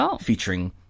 featuring